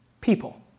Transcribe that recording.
People